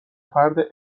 فرد